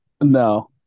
No